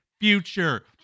future